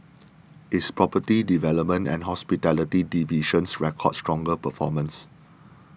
its property development and hospitality divisions recorded stronger performances